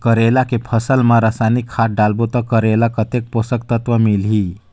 करेला के फसल मा रसायनिक खाद डालबो ता करेला कतेक पोषक तत्व मिलही?